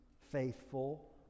faithful